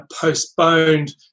postponed